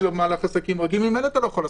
הנזק שייגרם עבור אלה שההגנה הזאת לא נותנת